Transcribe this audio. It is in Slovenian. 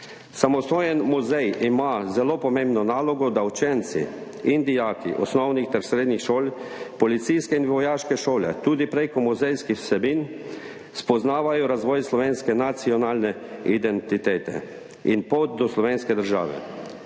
Samostojen muzej ima zelo pomembno nalogo, da učenci in dijaki osnovnih ter srednjih šol, policijske in vojaške šole tudi prek muzejskih vsebin spoznavajo razvoj slovenske nacionalne identitete in pot do slovenske države.